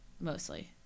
Mostly